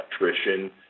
electrician